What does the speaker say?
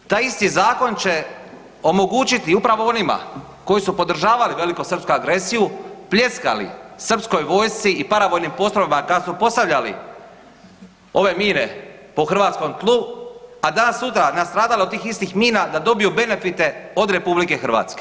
Taj isti zakon će omogućiti upravo onima koji su podržavali velikosrpsku agresiju, pljeskali srpskoj vojsci i paravojnim postrojbama kad su postavljali ove mine po hrvatskom tlu, a danas sutra nastradale od tih istih mina da dobiju benefite od RH.